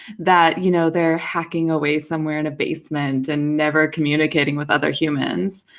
that you know they're hacking away somewhere in a basement, and never communicating with other humans,